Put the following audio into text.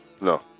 No